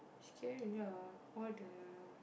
scary lah all the